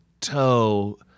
toe